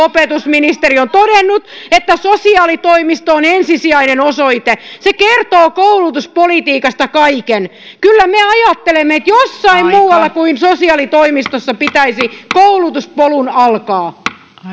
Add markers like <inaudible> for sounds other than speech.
<unintelligible> opetusministeri on todennut että sosiaalitoimisto on ensisijainen osoite se kertoo koulutuspolitiikasta kaiken kyllä me me ajattelemme että jossain muualla kuin sosiaalitoimistossa pitäisi koulutuspolun alkaa ja